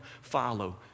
follow